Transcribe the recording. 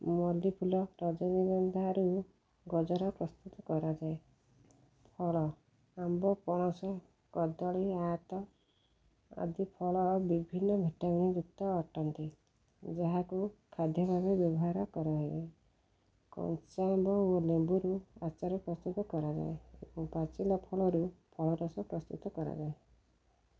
ମଲ୍ଲି ଫୁଲ ରଜନୀଗନ୍ଧାରୁ ଗଜର ପ୍ରସ୍ତୁତ କରାଯାଏ ଫଳ ଆମ୍ବ ପଣସ କଦଳୀ ଆତ ଆଦି ଫଳ ବିଭିନ୍ନ ଭିଟାମିନ୍ ଯୁକ୍ତ ଅଟନ୍ତି ଯାହାକୁ ଖାଦ୍ୟ ଭାବେ ବ୍ୟବହାର କରାଯହଏ କଞ୍ଚା ଆମ୍ବ ଓ ଲେମ୍ବୁରୁ ଆଚାର ପ୍ରସ୍ତୁତ କରାଯାଏ ଏବଂ ପାଚିଲା ଫଳରୁ ଫଳରସ ପ୍ରସ୍ତୁତ କରାଯାଏ